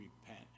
repent